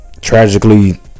tragically